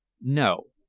no.